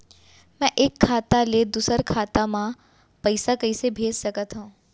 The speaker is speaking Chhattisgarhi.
मैं एक खाता ले दूसर खाता मा पइसा कइसे भेज सकत हओं?